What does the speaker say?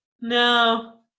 No